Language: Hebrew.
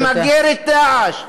למגר את "דאעש",